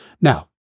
Now